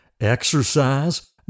exercise